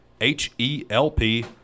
H-E-L-P